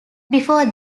before